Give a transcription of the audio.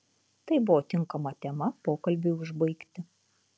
tai buvo tinkama tema pokalbiui užbaigti